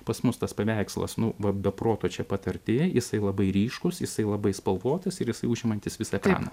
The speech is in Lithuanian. pas mus tas paveikslas nu va be proto čia pat arti jisai labai ryškus jisai labai spalvotas ir jisai užimantis visą ekraną